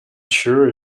sure